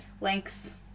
links